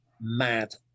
mad